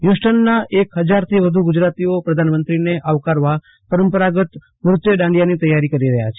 હ્વુસ્ટનના એક હજારથી વધુ ગુજરાતીઓ પ્રધાનમંત્રીને આવકારવા પરંપરાગત ન્રત્ય દાંડીયાની તૈયારી કરી રહયાં છે